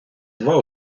два